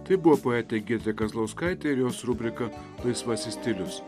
tai buvo poetė giedrė kazlauskaitė ir jos rubrika laisvasis stilius